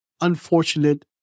unfortunate